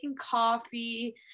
coffee